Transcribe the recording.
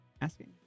Asking